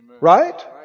Right